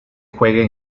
juega